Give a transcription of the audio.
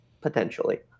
potentially